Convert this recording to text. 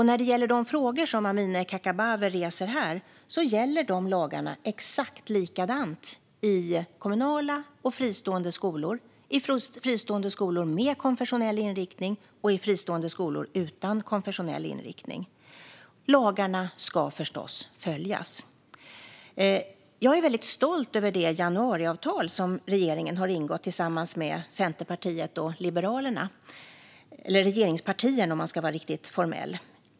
När det gäller de frågor Amineh Kakabaveh ställer här gäller dessa lagar exakt lika mycket i kommunala skolor som i fristående skolor. De gäller fristående skolor med konfessionell inriktning och fristående skolor utan konfessionell inriktning. Lagarna ska förstås följas. Jag är väldigt stolt över det januariavtal som regeringen - eller regeringspartierna, om man ska vara riktigt formell - har ingått tillsammans med Centerpartiet och Liberalerna.